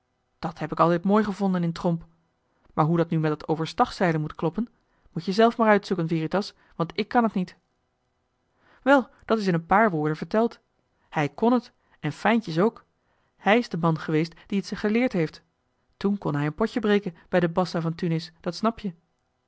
dat heb ik altijd mooi gevonden in tromp maar hoe dat nu met dat overstag zeilen moet kloppen moet-je zelf maar uitzoeken veritas want ik kan t niet wel dat is in een paar woorden verteld hij kn t en fijntjes ook hij is de man geweest die t ze geleerd heeft toen kon hij een potje breken bij den bassa van tunis dat snap je